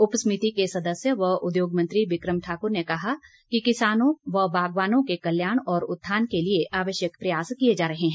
उपसमिति के सदस्य व उद्योग मंत्री बिक्रम ठाकुर ने कहा कि किसानों व बागवानों के कल्याण और उत्थान के लिए आवश्यक प्रयास किए जा रहे हैं